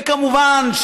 וכמובן,